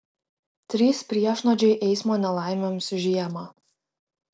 trys priešnuodžiai eismo nelaimėms žiemą